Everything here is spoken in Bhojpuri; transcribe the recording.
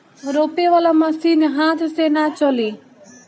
रोपे वाला मशीन हाथ से ना चली